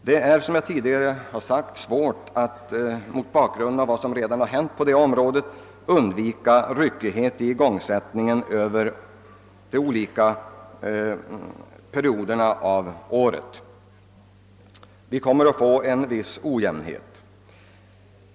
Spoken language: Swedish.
Det är, som jag tidigare sagt, svårt att mot bakgrunden av vad som redan hänt på detta område undvika ryckighet i igångsättningen över de olika perioderna av året; vi kommer att få en viss ojämnhet.